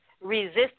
resist